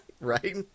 Right